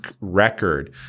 record